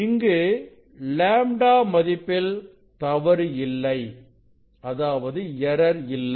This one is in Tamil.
இங்கு λ மதிப்பில் தவறு இல்லை எரர் இல்லை